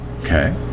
Okay